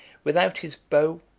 without his bow,